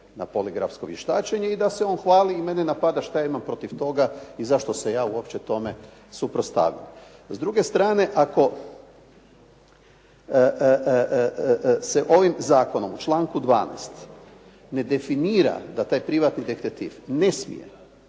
na poligrafsko vještačenje i da se on hvali i mene napada da što ja imam protiv toga i zašto se ja uopće tome suprotstavljam. S druge strane ako se ovim zakonom u članku 12. ne definira da taj privatni detektiv ne smije